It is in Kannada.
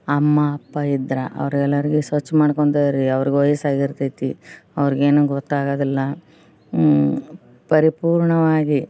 ಅಮ್ಮ ಅಪ್ಪ ಇದ್ರೆ ಅವ್ರಿಗೆಲ್ಲರಿಗೂ ಸ್ವಚ್ಛ ಮಾಡ್ಕೊಂಡಿರಿ ಅವ್ರಿಗೆ ವಯಸ್ಸಾಗಿರ್ತೈತಿ ಅವ್ರಿಗೇನು ಗೊತ್ತಾಗೋದಿಲ್ಲ ಪರಿಪೂರ್ಣವಾಗಿ